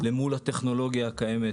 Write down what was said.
למול הטכנולוגיה הקיימת.